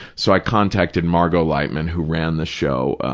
so, i contacted margot leitman who ran the show